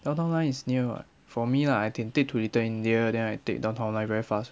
downtown line is near [what] for me lah authentic to little india then I take downtown line very fast